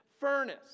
furnace